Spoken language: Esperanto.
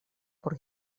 por